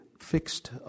Fixed